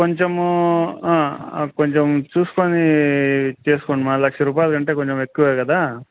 కొంచము కొంచెం చూసుకొని చేసుకోండి మది లక్ష రూపాయలు కంటే కొంచెం ఎక్కువే కదా